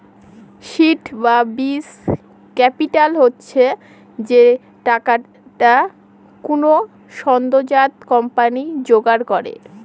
seed বা বীজ capital হচ্ছে যে টাকাটা কোনো সদ্যোজাত কোম্পানি জোগাড় করে